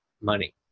money